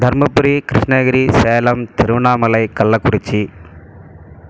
Dharmapuri Krishnagiri Salem Tiruvannamalai Kallakurichi